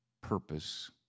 purpose